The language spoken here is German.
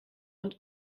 und